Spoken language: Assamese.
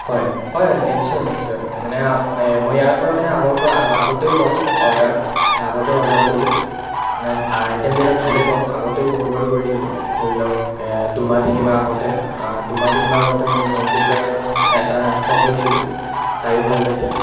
হয় হয় নিশ্চয় নিশ্চয় মানে আপো মই ইয়াৰ পৰা মানে আগৰ পৰা আগৰ পৰা আগ আগতেও লওঁ অৰ্ডাৰ মানে আগতেও অৰ্ডাৰ কৰোঁ মানে আইটেমবিলাক ভালেই পাওঁ আগতেও বহুতবাৰ কৰিছিলোঁ ধৰি লওঁক দুমাহ তিনিমাহ আগতে দুমাহ তিনিমাহ আগতে মোৰ ভণ্টীৰ কাৰণে এটা ফক লৈছিলোঁ তাইও ভাল পাইছে